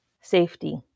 Safety